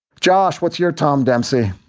josh what's your tom dempsey?